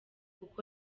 uku